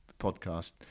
podcast